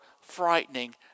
frightening